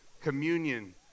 communion